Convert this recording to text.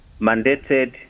mandated